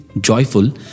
joyful